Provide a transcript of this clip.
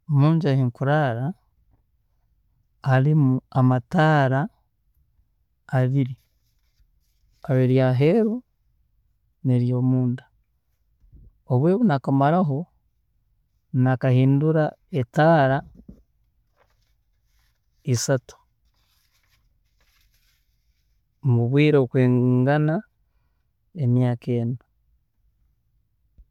Munju ahunkuraara, harumu amataara abiri, haroho eryaheeru neryomunda, obwiire obu naakamaramu, naakahindura etaara isatu mubwiire obukwingana emyaaka ena